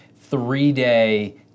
three-day